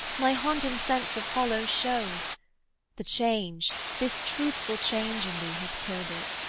my haunting sense of hollow shows the change, this truthful change in thee has killed it.